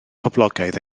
poblogaidd